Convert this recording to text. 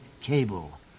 cable